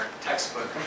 textbook